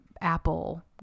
apple